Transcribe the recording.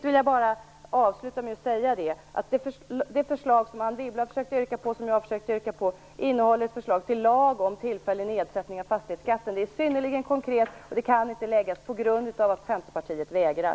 Vad Anne Wibble och jag har försökt föra fram som ett yrkande innehåller ett förslag till en lag om tillfällig nedsättning av fastighetsskatten. Förslaget är synnerligen konkret, men det kan inte läggas på grund av att Centerpartiet vägrar.